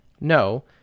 no